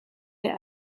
der